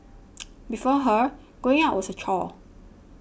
before her going out was a chore